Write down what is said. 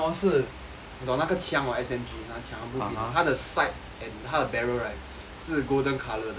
你懂那个抢哦 S_M_G 那个枪他的 side and 他的 barrel right 是 golden colour 的